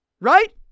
right